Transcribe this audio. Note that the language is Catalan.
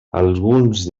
alguns